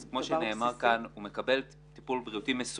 כמו שנאמר כאן, הוא מקבל טיפול בריאותי מסוים.